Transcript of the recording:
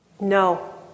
No